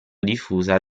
diffusa